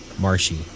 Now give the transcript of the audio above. Marshy